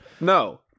No